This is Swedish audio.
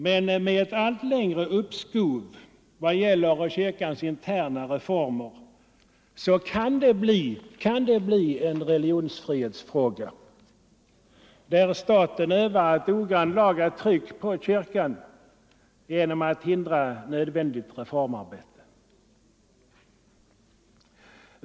Men ett allt längre uppskov vad gäller kyrkans interna reformer kan bli en religionsfrihetsfråga, om staten utövar ett ogrannlaga tryck genom att hindra ett reformarbete inom kyrkan.